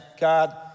God